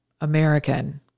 American